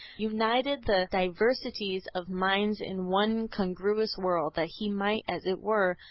united the diversities of minds in one congruous world, that he might, as it were,